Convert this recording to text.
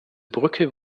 brücke